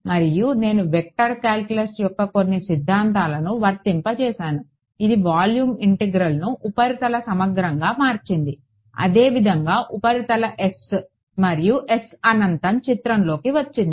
మరియు నేను vector calculus యొక్క కొన్ని సిద్ధాంతాలను వర్తింపజేసాను ఇది వాల్యూమ్ ఇంటిగ్రల్ను ఉపరితల సమగ్రంగా మార్చింది అదే విధంగా ఉపరితల S మరియు S అనంతం చిత్రంలోకి వచ్చింది